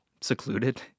Secluded